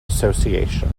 association